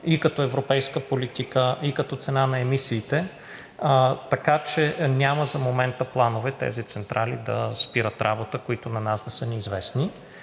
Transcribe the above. и като европейска политика, и като цена на емисиите. Така че няма за момента планове тези централи да спират работа, които на нас да са ни известни,